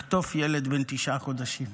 לחטוף ילד בן תשעה חודשים,